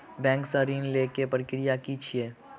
Bank सऽ ऋण लेय केँ प्रक्रिया की छीयै?